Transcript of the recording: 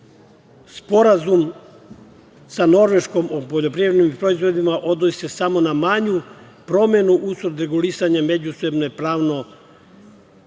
odluke. Sporazum sa Norveškom o poljoprivrednim proizvodima odnosi se samo na manju promenu usled regulisanja međusobno pravne